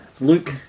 Luke